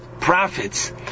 prophets